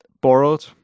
borrowed